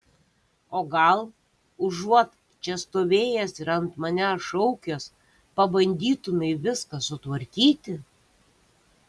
o gal užuot čia stovėjęs ir ant manęs šaukęs pabandytumei viską sutvarkyti